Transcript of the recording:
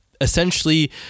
essentially